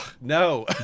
no